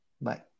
Bye